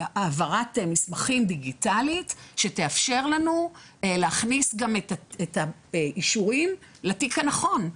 העברת מסמכים דיגיטלית שתאפשר לנו להכניס גם את האישורים לתיק הנכון,